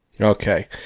Okay